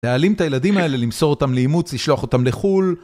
תעלים את הילדים האלה, למסור אותם לאימוץ, לשלוח אותם לחו"ל.